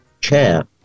chair